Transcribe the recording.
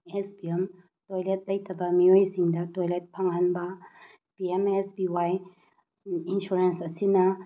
ꯑꯦꯁ P M toilet ꯂꯩꯇꯕ ꯃꯤꯑꯣꯏꯁꯤꯡꯗ toilet ꯐꯪꯍꯟꯕ P M S P Y insurance ꯑꯁꯤꯅ